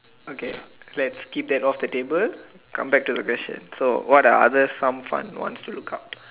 okay let's keep that off the table come back to the question so what are the other some fun ones to look up